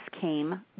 came